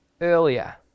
earlier